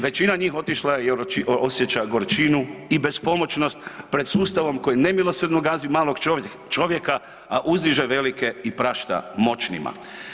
Većina njih otišla je i osjeća gorčinu i bespomoćnost pred sustavom koji nemilosrdno gazi malog čovjeka, a uzdiže velike i prašta moćnika.